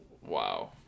Wow